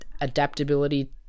adaptability